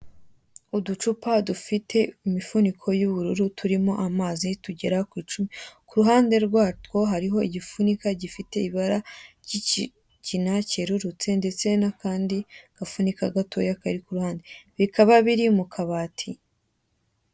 Uducupa dufite imifuniko y'ubururu turimo amazi tugera ku icumi, ku ruhunde rwatwo hariho igifunika gifite ibara ry'ikigina cyerurutse ndetse n'akandi gafunika gatoya kari ku ruhunde, bikaba biri mu kabati.